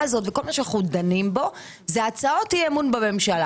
הזאת וכל מה שאנחנו דנים בו אלה הצעות אי אמון בממשלה.